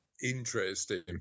Interesting